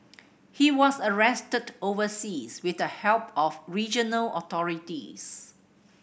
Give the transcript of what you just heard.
he was arrested overseas with the help of regional authorities